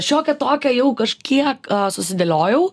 šiokią tokią jau kažkiek susidėliojau